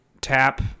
tap